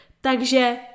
Takže